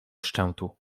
szczętu